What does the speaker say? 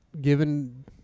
given